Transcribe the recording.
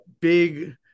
big